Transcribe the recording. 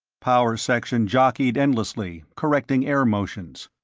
power section jockeyed endlessly, correcting air motions.